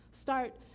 start